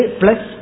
plus